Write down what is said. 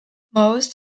most